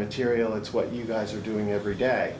material it's what you guys are doing every day